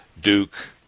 Duke